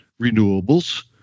renewables